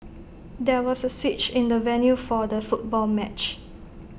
there was A switch in the venue for the football match